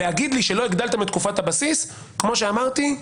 להגדיל לי שלא הגדלתם את תקופת הבסיס כמו שאמרתי,